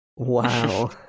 Wow